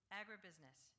agribusiness